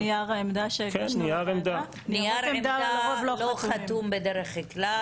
נייר עמדה, לא חתום בדרך כלל.